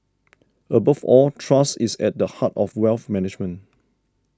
above all trust is at the heart of wealth management